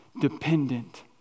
dependent